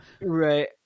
right